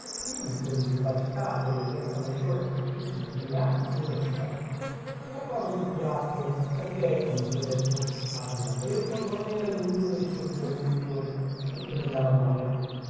indizio di vivacità di allegrezza maggiore e chi più n'ha ne metta e la cosa gli piacque perchè come vi ho detto il padre anacleto non era in uno dei suoi giorni migliori e tutto gli dava noia